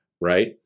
right